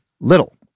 little